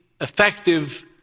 effective